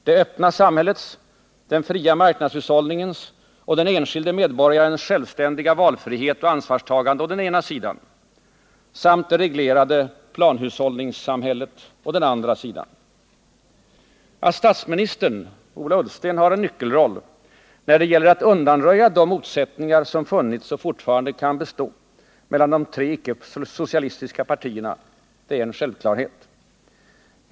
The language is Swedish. Det öppna samhällets, den fria marknadshushållningens och den enskilda medborgarens självständiga valfrihet och ansvarstagande å ena sidan, samt det reglerade planhushållningssamhället å den andra. Att statsministern Ola Ullsten har en nyckelroll när det gäller att undanröja de motsättningar som funnits och fortfarande kan bestå mellan de tre icke-socialistiska partierna är en självklarhet.